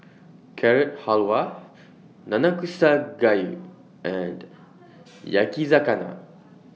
Carrot Halwa Nanakusa Gayu and Yakizakana